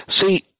see